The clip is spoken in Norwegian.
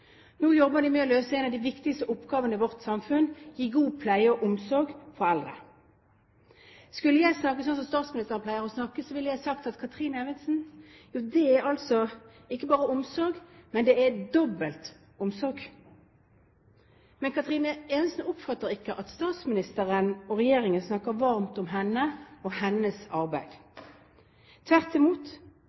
Nå jobber de med å løse en av de viktigste oppgavene i vårt samfunn: å gi god pleie og omsorg for eldre. Skulle jeg snakke slik statsministeren pleier å snakke, ville jeg sagt at når det gjelder Kathrine Evensen, er det ikke bare omsorg, men det er dobbelt omsorg. Men Kathrine Evensen oppfatter ikke at statsministeren og regjeringen snakker varmt om henne og hennes arbeid. Tvert imot,